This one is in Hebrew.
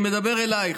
אני מדבר אלייך.